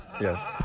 Yes